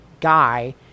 guy